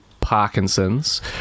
Parkinson's